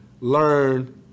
learn